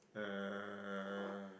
uh